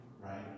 right